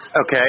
Okay